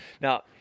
Now